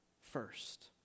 first